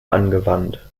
angewandt